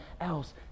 else